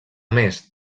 més